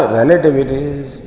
relativities